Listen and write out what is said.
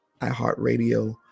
iHeartRadio